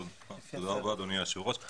תודה רבה אדוני היושב ראש.